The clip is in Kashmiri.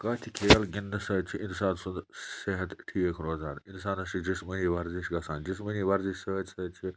کانٛہہ تہِ کھیل گِنٛدنہٕ سۭتۍ چھِ اِنسان سُنٛد صحت ٹھیٖک روزان اِنسانَس چھِ جِسمٲنی ورزِش گژھان جِسمٲنی ورزِش سۭتۍ سۭتۍ چھِ